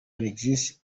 alegisi